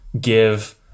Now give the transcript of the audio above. give